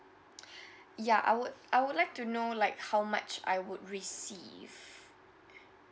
ya I would I would like to know like how much I would receive